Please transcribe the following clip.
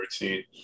routine